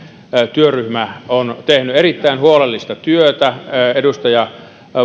työryhmä on tehnyt erittäin huolellista työtä edustaja